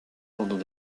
pendant